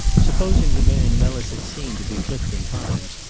supposing the man melis had seen to be clifton hines,